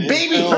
Baby